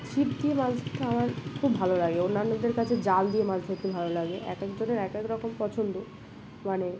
ছিপ দিয়ে মাছ ধরতে আমার খুব ভালো লাগে অন্যান্যদের কাছে জাল দিয়ে মাছ ধরতে ভালো লাগে এক একজনের এক এক রকম পছন্দ মানে